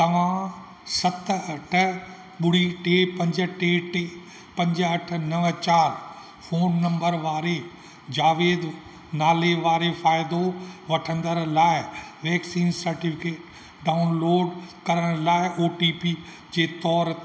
तव्हां सत अठ ॿुड़ी टे पंज टे टे पंज अठ नवं चारि फोन नंबर वारे जावेद नाले वारे फ़ाइदो वठंदड़ लाइ वेक्सीन सर्टिफि डाऊनलोड करण लाइ ओ टी पी जे तोरु